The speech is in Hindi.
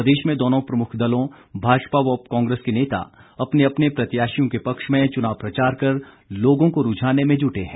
प्रदेश में दोनों प्रमुख दलों भाजपा व कांग्रेस के नेता अपने अपने प्रत्याशियों के पक्ष में चुनाव प्रचार कर लोगों को रूझाने में जुटे हैं